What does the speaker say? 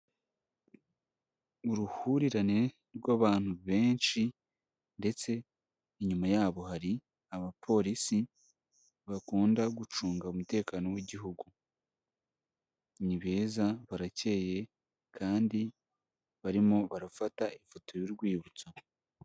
Uruhurirane rw'abantu benshi ndetse inyuma yabo hari abapolisi bakunda gucunga umutekano w'Igihugu, ni beza baracyeye kandi barimo barafata ifoto y'urwibutso.